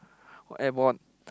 what airborne